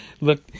look